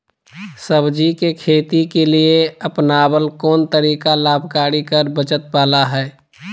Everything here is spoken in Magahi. सब्जी के खेती के लिए अपनाबल कोन तरीका लाभकारी कर बचत बाला है?